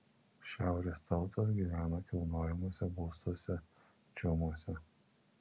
šiaurės tautos gyvena kilnojamuose būstuose čiumuose